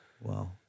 Wow